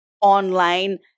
online